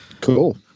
Cool